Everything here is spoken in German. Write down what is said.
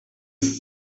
ist